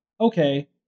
okay